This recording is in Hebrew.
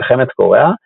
מלחמת קוריאה,